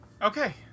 Okay